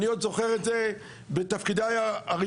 אני עוד זוכר את זה בתפקידיי הראשונים.